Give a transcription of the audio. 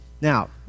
Now